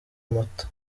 amata